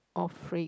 or phrase